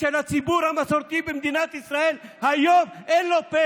היא שלציבור המסורתי במדינת ישראל היום אין פה,